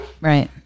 right